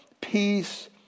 peace